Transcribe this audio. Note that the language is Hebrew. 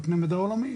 בקנה מידה עולמי,